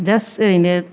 just ओरैनो